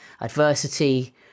adversity